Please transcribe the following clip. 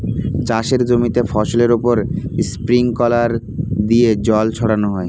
চাষের জমিতে ফসলের উপর স্প্রিংকলার দিয়ে জল ছড়ানো হয়